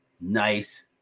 nice